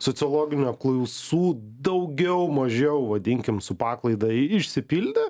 sociologinių apklausų daugiau mažiau vadinkim su paklaida išsipildė